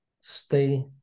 stay